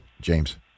James